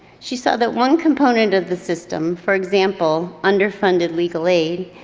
she saw that one component of the system, for example, underfunded legal aid,